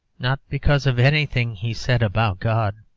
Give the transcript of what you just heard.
not because of anything he said about god,